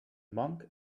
monk